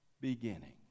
beginning